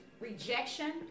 rejection